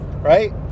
right